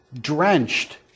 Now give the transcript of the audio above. drenched